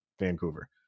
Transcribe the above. Vancouver